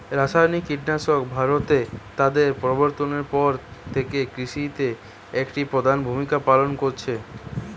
রাসায়নিক কীটনাশক ভারতে তাদের প্রবর্তনের পর থেকে কৃষিতে একটি প্রধান ভূমিকা পালন করেছে